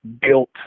built